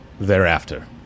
thereafter